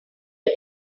you